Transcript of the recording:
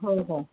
हो हो